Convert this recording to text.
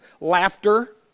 laughter